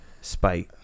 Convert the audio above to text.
spite